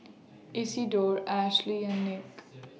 Isidore Ashlea and Nick